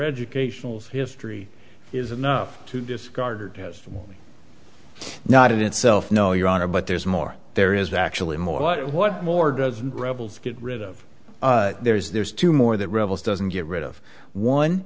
educational history is enough to discard testimony not in itself no your honor but there's more there is actually more but what more doesn't rebels get rid of there's there's two more that rebels doesn't get rid of one